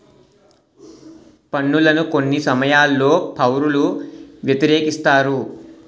పన్నులను కొన్ని సమయాల్లో పౌరులు వ్యతిరేకిస్తారు